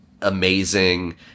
amazing